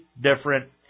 different